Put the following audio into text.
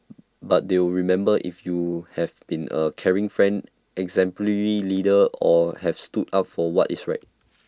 but they'll remember if you have been A caring friend exemplary leader or have stood up for what is right